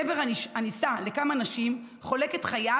גבר הנישא לכמה אנשים חולק את חייו